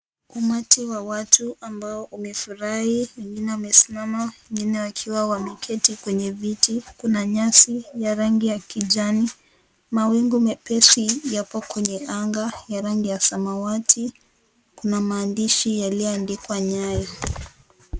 Umatu wa watu ambao umefurahi wengine wamesimama wengine wakiketi kwenye viti kuna nyasi ya rangi ya kijani mawingu mepesi yapo kwenye anga ya rangi ya samawati kuna maandishi yaliyoandikwa nyayo.